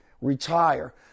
retire